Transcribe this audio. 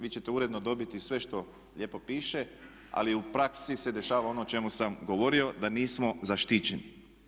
Vi ćete uredno dobiti sve što lijepo piše ali u praksi se dešava ono o čemu sam govorio da nismo zaštićeni.